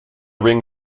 ring